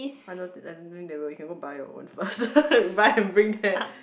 I don't think I don't think they will you can go buy your own first buy and bring there